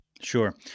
Sure